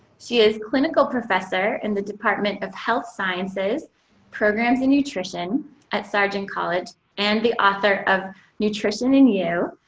she is clinical professor in the department of health sciences programs and nutrition at sargent college and the author of nutrition and you.